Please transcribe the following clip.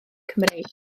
cymreig